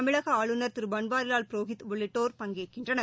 தமிழக ஆளுநர் திரு பன்வாரிவால் புரோஹித் உள்ளிட்டோர் பங்கேற்கின்றனர்